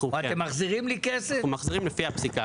אנחנו מחזירים לפי הפסיקה.